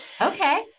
Okay